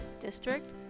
district